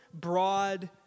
broad